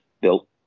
built